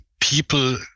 people